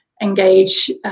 engage